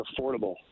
affordable